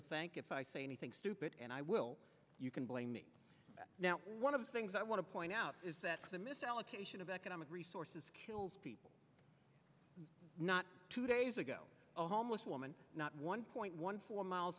to thank if i say anything stupid and i will you can blame me now one of the things i want to point out is that the misallocation of economic resources kills people not two days ago a homeless woman not one point one four miles